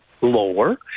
lower